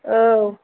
औ